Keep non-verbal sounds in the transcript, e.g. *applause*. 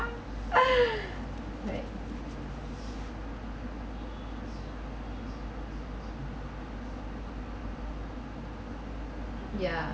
*laughs* right ya